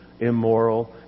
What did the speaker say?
immoral